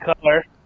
Color